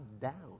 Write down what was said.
down